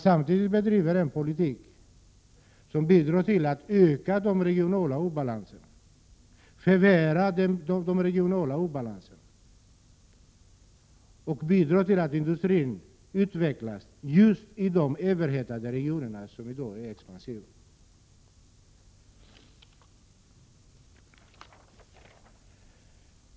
Samtidigt bedriver man en politik som leder till att de regionala obalanserna förvärras genom att industrin utvecklas just i de överhettade regioner som i dag är expansiva.